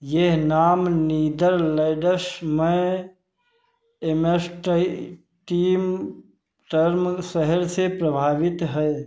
यह नाम नीदरलैडश में एमेस्टइटीमटर्म शहर से प्रभावित है